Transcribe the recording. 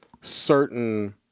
certain